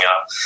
up